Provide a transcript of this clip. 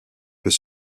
peut